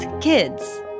kids